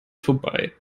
vorbei